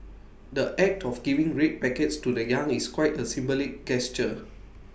the act of giving red packets to the young is quite A symbolic gesture